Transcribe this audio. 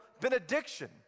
benediction